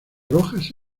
rojas